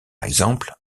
exemple